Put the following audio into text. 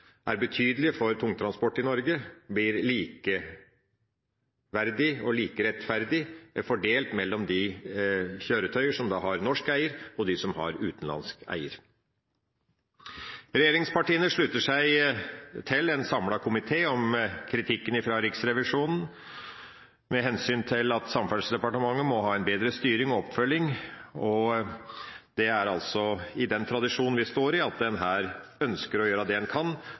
er betydelige for tungtransport i Norge, blir likeverdige og like rettferdig fordelt mellom de kjøretøyene som har norsk eier, og dem som har utenlandsk eier. Regjeringspartiene slutter seg til en samlet komité om kritikken fra Riksrevisjonen med hensyn til at Samferdselsdepartementet må ha en bedre styring og oppfølging. Det er altså den tradisjonen vi står i, at en her ønsker å gjøre det en kan